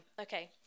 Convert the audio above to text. Okay